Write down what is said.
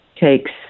takes